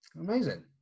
Amazing